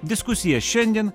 diskusiją šiandien